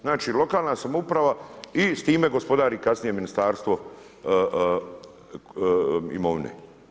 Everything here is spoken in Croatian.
Znači lokalna samouprava i s time gospodari kasnije Ministarstvo imovine.